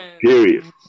Period